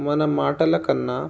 మన మాటలకన్నా